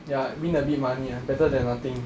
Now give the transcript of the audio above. ya win a bit money ah better than nothing